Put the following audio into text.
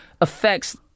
affects